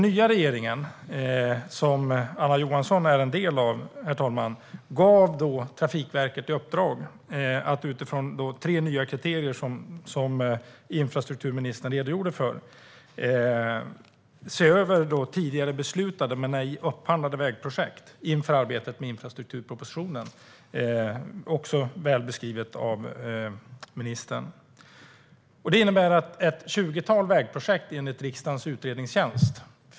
Den nya regeringen, som Anna Johansson är en del av, gav Trafikverket i uppdrag att utifrån tre nya kriterier, som infrastrukturministern redogjorde för, se över tidigare beslutade men ej upphandlade vägprojekt inför arbetet med infrastrukturpropositionen - det är också väl beskrivet av ministern.